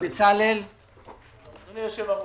בצלאל סמוטריץ'.